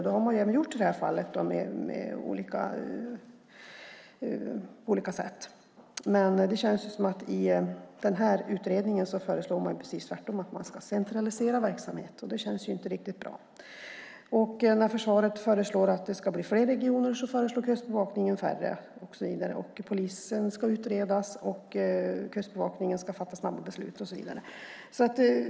Det har man även gjort i det här fallet på olika sätt. Utredningen föreslår tvärtom, det vill säga att centralisera verksamhet. Det känns inte riktig bra. När försvaret föreslår att det ska bli fler regioner föreslår Kustbevakningen färre. Polisen ska utredas, och Kustbevakningen ska fatta snabba beslut.